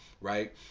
right